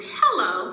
hello